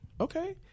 Okay